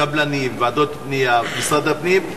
קבלנים, ועדות בנייה, משרד הפנים.